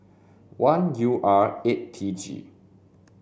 one U R eight T G